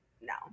no